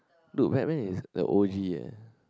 look Batman is the O G ah